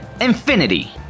infinity